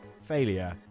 failure